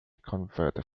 converted